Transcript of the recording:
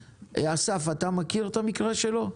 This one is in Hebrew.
אסף, אתה מכיר את המקרה שלו?